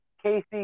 Casey